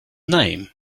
name